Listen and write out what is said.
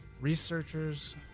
Researchers